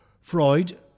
Freud